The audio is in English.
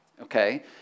okay